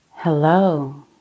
hello